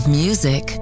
music